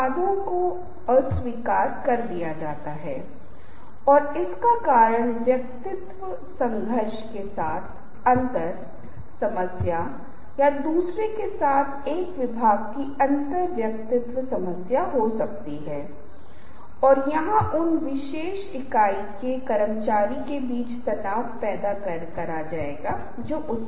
आपके दर्शकों को यह महसूस नहीं करना चाहिए कि आप दर्शकों में रुचि नहीं रखते हैं अगर यह उपेक्षित महसूस करता है तो भी आप में रुचि खो देगा और अन्य चीजें करना शुरू कर देगा हो सकता है कि मोबाइल पर मेल चेक कर रहा हो या गेम खेल रहा हो या जो भी हो